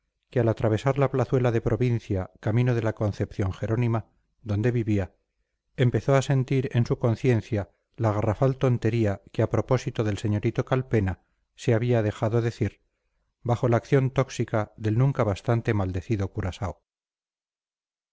que al atravesar la plazuela de provincia camino de la concepción jerónima donde vivía empezó a sentir en su conciencia la garrafal tontería que a propósito del señorito calpena se había dejado decir bajo la acción tóxica del nunca bastante maldecido curaao